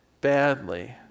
badly